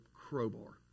crowbar